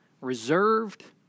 reserved